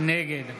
נגד